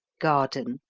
garden,